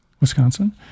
Wisconsin